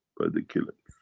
by the killing.